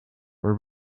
were